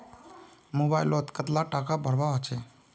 Mobile लोत कतला टाका भरवा होचे?